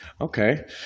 Okay